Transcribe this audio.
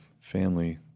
family